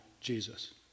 Jesus